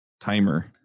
timer